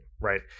right